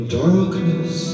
darkness